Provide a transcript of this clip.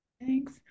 Thanks